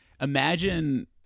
Imagine